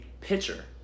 pitcher